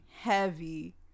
Heavy